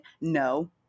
No